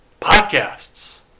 Podcasts